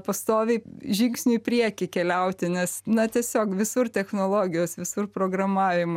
pastoviai žingsniu į priekį keliauti nes na tiesiog visur technologijos visur programavimo